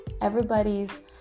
everybody's